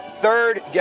third